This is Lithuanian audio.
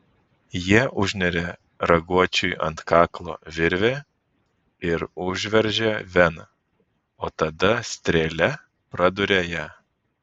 jie užneria raguočiui ant kaklo virvę ir užveržia veną o tada strėle praduria ją